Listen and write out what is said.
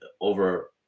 over